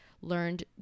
learned